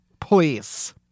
Please